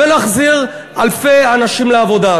ונחזיר אלפי אנשים לעבודה.